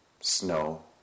Snow